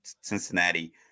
cincinnati